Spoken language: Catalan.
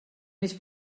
més